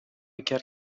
کرد